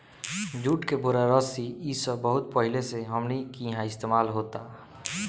जुट के बोरा, रस्सी इ सब बहुत पहिले से हमनी किहा इस्तेमाल होता